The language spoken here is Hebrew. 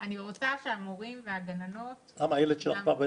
אני רוצה שהמורים והגננות --- בן כמה הילד הגדול שלך?